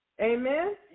Amen